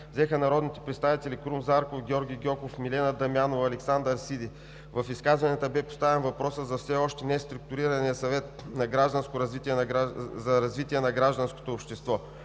взеха народните представители Крум Зарков, Георги Гьоков, Милена Дамянова, Александър Сиди. В изказванията бе поставен въпросът за все още неструктурирания Съвет за развитие на гражданското общество.